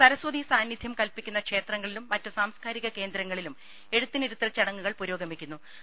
സരസ്വതീ സാന്നിധ്യം കൽപിക്കുന്ന ക്ഷേത്രങ്ങളിലും മറ്റു സാംസ്കാരിക കേന്ദ്രങ്ങളിലും എഴുത്തിനിരുത്തൽ ചടങ്ങുകൾ പുരോഗമിക്കു ന്നു